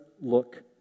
look